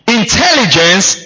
intelligence